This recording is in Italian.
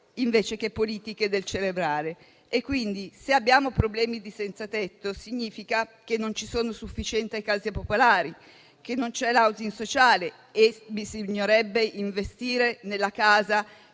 invece che su politiche del celebrare. Quindi, se abbiamo problemi di senzatetto, significa che non ci sono sufficienti case popolari, che non c'è l'*housing* sociale e che bisognerebbe investire nella casa